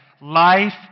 Life